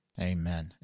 Amen